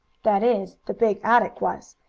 that is the big attic was,